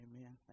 Amen